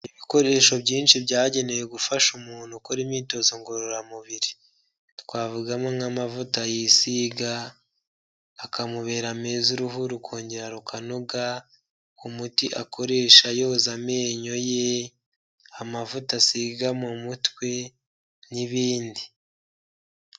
Ibikoresho byinshi byagenewe gufasha umuntu ukora imyitozo ngororamubiri, twavugamo nk'amavuta yisiga akamubera meza uruhu rukongera rukanoga, umuti akoresha yoza amenyo ye, amavuta asiga mu mutwe n'ibindi.